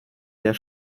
der